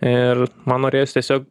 ir man norėjosi tiesiog